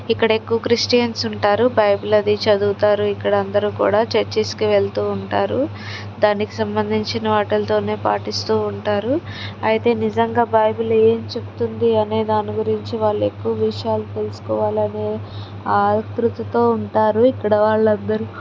ఇక్కడెక్కువ Christians ఉంటారు Bible అది చదువుతారు ఇక్కడ అందరు కూడా చర్చిస్కి వెళ్తూ ఉంటారు దానికి సంబంధించిన వాటిలతోనే పాటిస్తూ ఉంటారు అయితే నిజంగా బైబిల్ ఏం చెప్తుంది అనే దాని గురించి వాళ్ళెక్కువ విషయాలు తెలుసుకోవాలనే ఆతృతతో ఉంటారు ఇక్కడ వాళ్ళందరూ